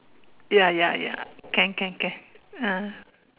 ya ya ya can can can ah